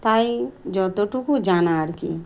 তাই যতটুকু জানা আর কি